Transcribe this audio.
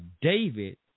David